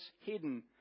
hidden